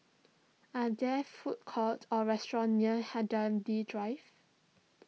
are there food courts or restaurants near Hindhede Drive